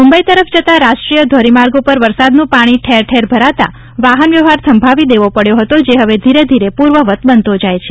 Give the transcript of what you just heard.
મુંબઇ તરફ જતા રાષ્ટ્રીય ધોરીમાર્ગ ઉપર વરસાદનું પાણી ઠેરઠેર ભરાતા વાહનવ્યવહાર થંભાવી દેવો પડ્યો હતો જે હવે ધીરેધીરે પૂર્વવત બનતો જાય છે